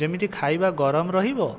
ଯେମିତି ଖାଇବା ଗରମ ରହିବ